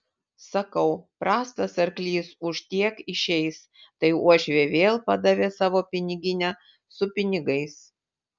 sakau prastas arklys už tiek išeis tai uošvė vėl padavė savo piniginę su pinigais